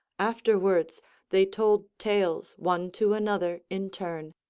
afterwards they told tales one to another in turn,